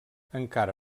encara